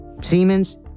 Siemens